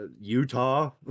Utah